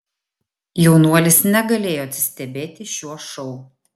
jaunuolis negalėjo atsistebėti šiuo šou